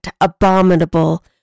abominable